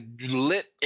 lit